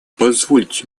позвольте